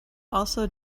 also